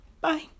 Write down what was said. Bye